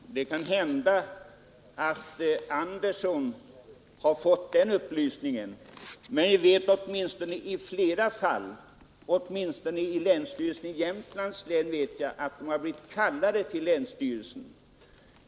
Herr talman! Det kan hända att herr Andersson i Ljung fått den upplysningen. Men jag vet att åtminstone länsstyrelsen i Jämtlands län har kallat Jägarnas riksförbund-Landsbygdens jägares länsavdelning till sig.